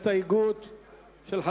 אתה רוצה על כל הסעיף, מאיר?